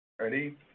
Ready